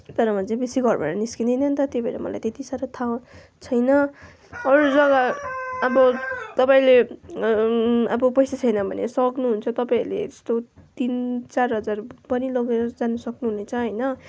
तर म चाहिँ बेसी घरबाट निस्किदिनँ नि त त्यही भएर मलाई त्यत्ति साह्रो थाहा छैन अरू जग्गा अब तपाईँले अब पैसा छैन भने सक्नुहुन्छ तपाईँहरूले यस्तो तिन चार हजार पनि लगेर जान सक्नुहुनेछ होइन